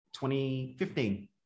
2015